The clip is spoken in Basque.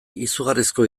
izugarrizko